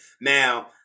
Now